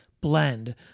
blend